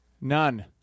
None